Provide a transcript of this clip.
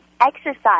exercise